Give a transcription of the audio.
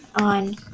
on